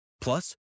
Plus